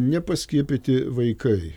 nepaskiepyti vaikai